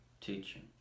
teaching